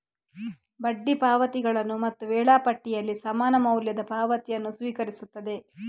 ಬಡ್ಡಿ ಪಾವತಿಗಳನ್ನು ಮತ್ತು ವೇಳಾಪಟ್ಟಿಯಲ್ಲಿ ಸಮಾನ ಮೌಲ್ಯದ ಪಾವತಿಯನ್ನು ಸ್ವೀಕರಿಸುತ್ತದೆ